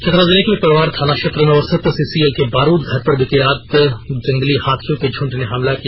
चतरा जिले के पिपरवार थाना क्षेत्र में अवस्थित सीसीएल के बारूद घर पर बीती देर रात जंगली हाथियों के झुण्ड ने हमला किया